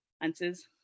answers